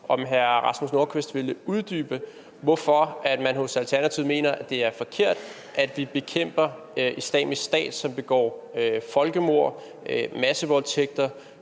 at hr. Rasmus Nordqvist ville uddybe, hvorfor man hos Alternativet mener, at det er forkert, at vi bekæmper Islamisk Stat, som begår folkemord, massevoldtægter,